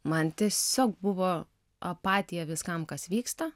man tiesiog buvo apatija viskam kas vyksta